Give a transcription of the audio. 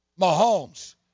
Mahomes